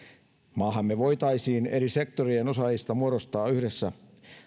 maahamme voitaisiin eri sektorien osaajista muodostaa yhdessä